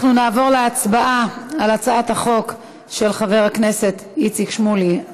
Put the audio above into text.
אנחנו נעבור להצבעה על הצעת החוק של חבר הכנסת איציק שמולי,